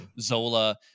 Zola